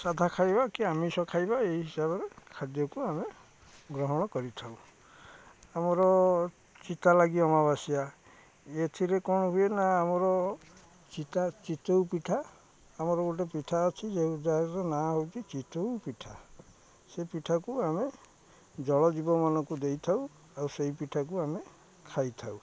ସାଧା ଖାଇବା କି ଆମିଷ ଖାଇବା ଏଇ ହିସାବରେ ଖାଦ୍ୟକୁ ଆମେ ଗ୍ରହଣ କରିଥାଉ ଆମର ଚିତା ଲାଗି ଅମାବାସ୍ୟା ଏଥିରେ କ'ଣ ହୁଏ ନା ଆମର ଚିତା ଚିତଉ ପିଠା ଆମର ଗୋଟେ ପିଠା ଅଛି ଯେଉଁ ଯାର ନାଁ ହେଉଛି ଚିତଉ ପିଠା ସେ ପିଠାକୁ ଆମେ ଜଳଜୀବ ମାନଙ୍କୁ ଦେଇଥାଉ ଆଉ ସେଇ ପିଠାକୁ ଆମେ ଖାଇଥାଉ